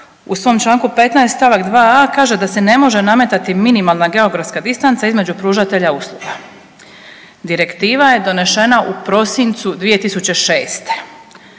u svom članku 15. stavak 2a kaže da se ne može nametati minimalna geografska distanca između pružatelja usluga. Direktiva je donešena u prosincu 2006.